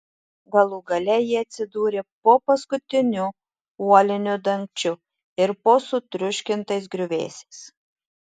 galų gale jie atsidūrė po paskutiniu uoliniu dangčiu ir po sutriuškintais griuvėsiais